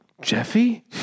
Jeffy